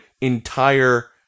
entire